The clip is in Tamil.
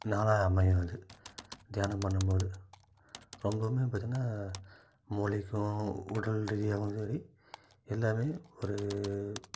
நாளாக அமையும் அது தியானம் பண்ணும்போது ரொம்பவுமே பார்த்தீனா மூளைக்கும் உடல் ரீதியாகவும் சரி எல்லாமே ஒரு